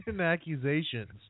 accusations